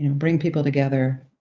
and bring people together